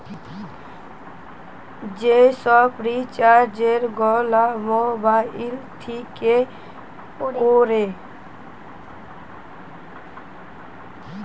যে সব রিচার্জ গুলা মোবাইল থিকে কোরে